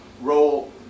role